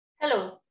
Hello